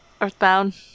Earthbound